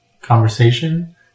conversation